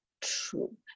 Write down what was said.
true